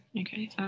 Okay